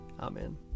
Amen